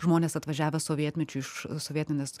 žmonės atvažiavę sovietmečiu iš sovietinės